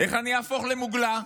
איך אני אהפוך למוגלה?